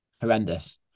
Horrendous